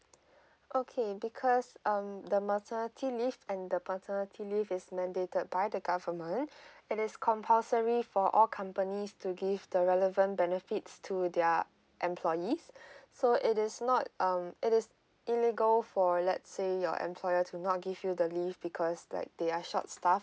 okay because um the maternity leave and the paternity leave is mandated by the government it is compulsory for all companies to give the relevant benefits to their employees so it is not um it is illegal for let's say your employer to not give you the leave because like they are short staffed